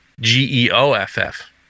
G-E-O-F-F